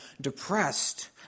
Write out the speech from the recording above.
depressed